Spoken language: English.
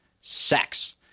sex